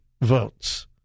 votes